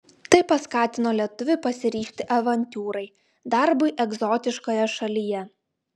tai paskatino lietuvį pasiryžti avantiūrai darbui egzotiškoje šalyje